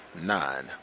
nine